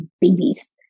babies